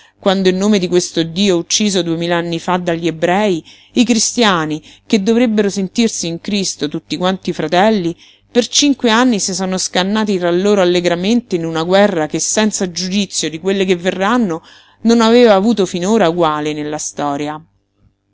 quando in nome di questo dio ucciso duemil'anni fa dagli ebrei i cristiani che dovrebbero sentirsi in cristo tutti quanti fratelli per cinque anni si sono scannati tra loro allegramente in una guerra che senza giudizio di quelle che verranno non aveva avuto finora uguale nella storia